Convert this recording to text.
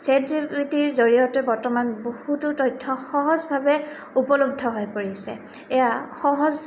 চেটজিপিটিৰ জৰিয়তে বৰ্তমান বহুতো তথ্য সহজভাৱে উপলব্ধ হৈ পৰিছে এয়া সহজ